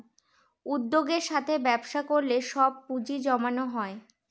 উদ্যোগের সাথে ব্যবসা করলে সব পুজিঁ জমানো হয়